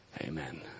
Amen